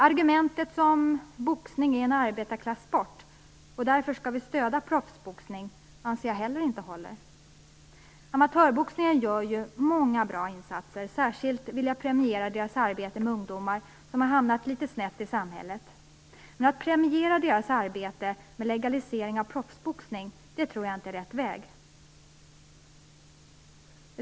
Argumentet att boxning är en arbetarklassport och att vi därför skall stödja proffsboxning anser jag inte heller håller. Amatörboxningen gör många bra insatser. Jag vill särskilt premiera deras arbete med ungdomar som har hamnat litet snett i samhället. Men att premiera det arbetet genom en legalisering av proffsboxning tror jag inte är rätt väg.